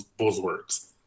buzzwords